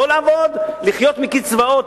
לא לעבוד ולחיות מקצבאות,